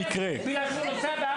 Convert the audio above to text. --- בגלל שהוא נוסע באמבולנס ---?